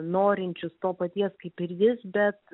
norinčius to paties kaip ir jis bet